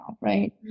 right